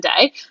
day